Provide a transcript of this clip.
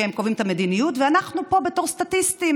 שהם קובעים את המדיניות, ואנחנו פה בתור סטטיסטים,